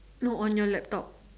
no on your laptop